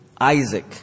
Isaac